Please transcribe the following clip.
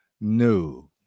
new